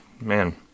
man